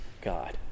God